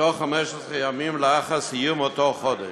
בתוך 15 ימים לאחר סיום אותו חודש.